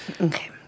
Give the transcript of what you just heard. Okay